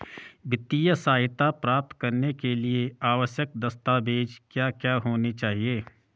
वित्तीय सहायता प्राप्त करने के लिए आवश्यक दस्तावेज क्या क्या होनी चाहिए?